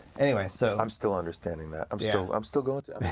anyway so i'm still understanding that. um so i'm still going